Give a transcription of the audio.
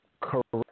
correct